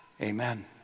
Amen